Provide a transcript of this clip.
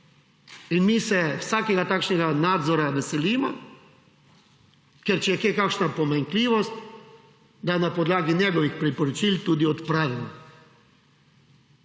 Mi se vsakega takšnega nadzora veselimo, ker če je kje kakšna pomanjkljivost, jo na podlagi njegovih priporočil tudi odpravimo.